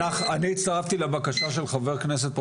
אני הצטרפתי לבקשה של חבר הכנסת,